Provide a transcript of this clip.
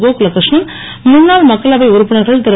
கோகுலகிருஷ்ணன் முன்னாள் மக்களவை உறுப்பினர்கள் திரு